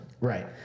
Right